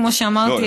כמו שאמרתי,